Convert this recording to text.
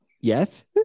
Yes